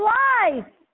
life